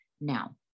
now